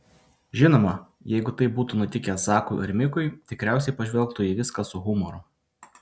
žinoma jeigu taip būtų nutikę zakui ar mikui tikriausiai pažvelgtų į viską su humoru